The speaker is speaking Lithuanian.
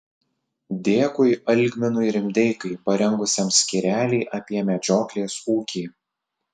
dėkui algminui rimdeikai parengusiam skyrelį apie medžioklės ūkį